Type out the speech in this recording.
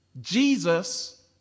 Jesus